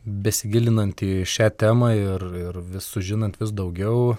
besigilinant į šią temą ir ir vis sužinant vis daugiau